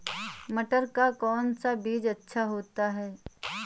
मटर का कौन सा बीज अच्छा होता हैं?